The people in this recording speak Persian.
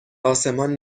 آسمان